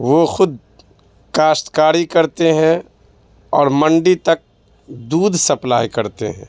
وہ خود کاشتکاری کرتے ہیں اور منڈی تک دودھ سپلائی کرتے ہیں